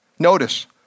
Notice